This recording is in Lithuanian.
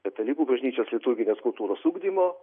katalikų bažnyčios liturginės kultūros ugdymo